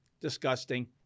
Disgusting